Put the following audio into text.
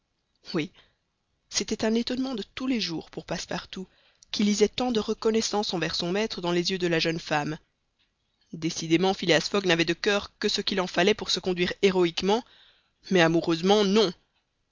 oui c'était un étonnement de tous les jours pour passepartout qui lisait tant de reconnaissance envers son maître dans les yeux de la jeune femme décidément phileas fogg n'avait de coeur que ce qu'il en fallait pour se conduire héroïquement mais amoureusement non